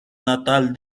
natal